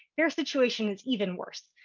their situation is even worse.